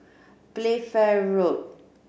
Playfair Road